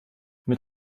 mit